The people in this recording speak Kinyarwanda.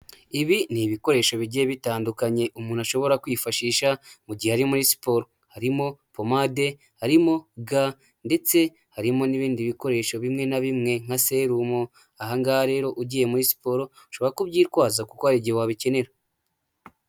Ibi ni ibikoresho bigiye bitandukanye umuntu ashobora kwifashisha mu gihe ari muri siporo harimo pomade, harimo ga ndetse harimo n'ibindi bikoresho bimwe na bimwe nka serumu. Ahangaha rero ugiye muri siporo ushobora kubyitwaza kuko hari igihe wabikenera.